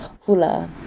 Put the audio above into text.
hula